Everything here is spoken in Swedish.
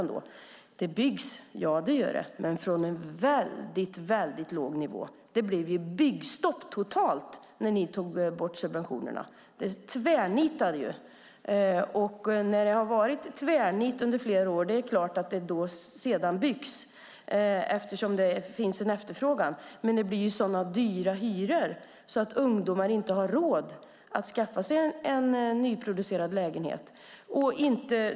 Ja, det byggs, men från en låg nivå. Det blev totalt byggstopp när ni tog bort subventionerna. Det tvärnitade. När det har varit tvärnit under flera år är det klart att det sedan byggs eftersom det finns en efterfrågan. Men det blir så dyra hyror att ungdomar inte har råd att skaffa sig en nyproducerad lägenhet.